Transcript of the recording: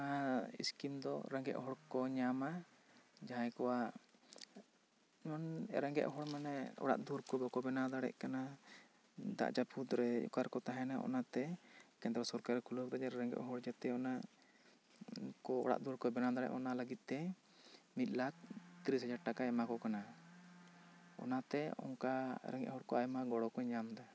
ᱚᱱᱟ ᱤᱥᱠᱤᱢ ᱫᱚ ᱨᱮᱸᱜᱮᱡ ᱦᱚᱲ ᱠᱚ ᱧᱟᱢᱟ ᱡᱟᱦᱟᱸᱭ ᱠᱚᱣᱟᱜ ᱨᱮᱸᱜᱮᱡ ᱦᱚᱲ ᱢᱟᱱᱮ ᱚᱲᱟᱜ ᱫᱩᱣᱟᱹᱨ ᱠᱚ ᱵᱟᱠᱚ ᱵᱮᱱᱟᱣ ᱫᱟᱲᱮᱭᱟᱜ ᱠᱟᱱᱟ ᱫᱟᱜ ᱡᱟᱹᱯᱩᱫ ᱨᱮ ᱚᱠᱟ ᱨᱮᱠᱚ ᱛᱟᱦᱮᱱᱟ ᱚᱱᱟ ᱛᱮ ᱠᱮᱱᱫᱨᱚ ᱥᱚᱨᱠᱟᱨᱮ ᱠᱷᱩᱞᱟᱹᱣ ᱟᱠᱟᱫᱟ ᱨᱮᱸᱜᱮᱡ ᱦᱚᱲ ᱡᱟᱛᱮ ᱢᱤᱫ ᱞᱟᱠᱷ ᱛᱤᱨᱤᱥ ᱦᱟᱡᱟᱨ ᱴᱟᱠᱟᱭ ᱮᱢᱟ ᱠᱚ ᱠᱟᱱᱟ ᱚᱱᱟᱛᱮ ᱚᱱᱠᱟ ᱨᱮᱸᱜᱮᱡ ᱦᱚᱲ ᱠᱚ ᱟᱭᱢᱟ ᱜᱚᱲᱚ ᱠᱚ ᱧᱟᱢᱮᱫᱟ